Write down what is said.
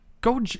go